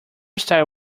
styles